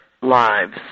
lives